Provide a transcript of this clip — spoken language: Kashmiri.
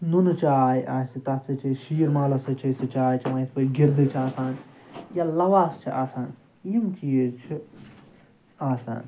نُنہٕ چاے آسہِ تتھ سۭتۍ چھِ أسۍ شیٖر مالَس سۭتۍ چھِ أسۍ سُہ چاے چٮ۪وان یِتھ پٲٹھۍ گِردِ چھِ آسان یا لَواس چھِ آسان یِم چیٖز چھِ آسان